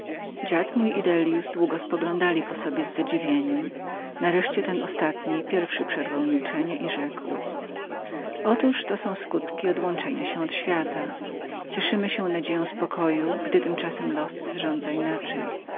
dziad mój i dellius długo spoglądali po sobie z zadziwieniem nareszcie ten ostatni pierwszy przerwał milczenie i rzekł otóż to są skutki odłączenia się od świata cieszymy się nadzieją spokoju gdy tymczasem los inaczej